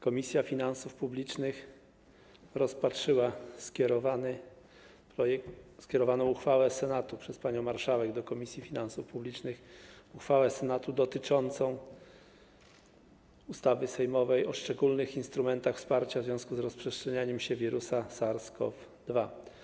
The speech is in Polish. Komisja Finansów Publicznych rozpatrzyła uchwałę Senatu skierowaną przez panią marszałek do Komisji Finansów Publicznych, uchwałę Senatu dotyczącą ustawy sejmowej o szczególnych instrumentach wsparcia w związku z rozprzestrzenianiem się wirusa SARS-CoV-2.